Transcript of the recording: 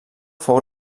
fou